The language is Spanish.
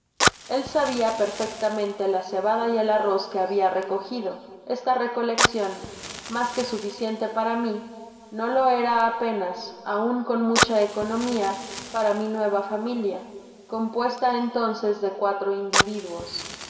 el sabia perfectamente la cebada y el arroz que habia recogido esta recoleccion mas que suficiente para mí no lo era apenas aun con mucha economía para mi nueva familia compuesta entonces de cuatro individuos